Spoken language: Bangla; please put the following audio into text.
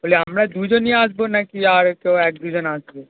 বলি আমরা দুজনই আসব না কি আর কেউ এক দুজন আসবে